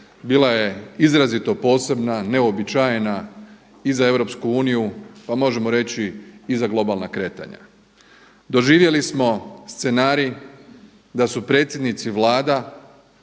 bila je izrazito posebna, neuobičajena i za EU pa možemo reći i za globalna kretanja. Doživjeli smo scenarij da u predsjednici Vlada